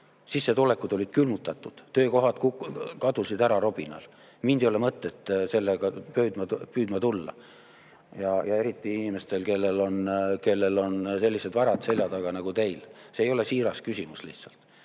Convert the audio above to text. Sissetulekud olid külmutatud, töökohad kadusid ära robinal. Mind ei ole mõtet sellega püüdma tulla. Ja eriti inimestel, kellel on sellised varad selja taga nagu teil. See ei ole siiras küsimus lihtsalt.